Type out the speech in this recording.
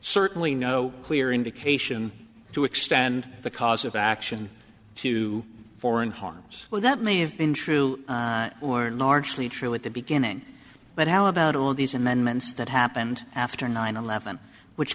certainly no clear indication to extend the cause of action to foreign harms well that may have been true or norge me true at the beginning but how about all these amendments that happened after nine eleven which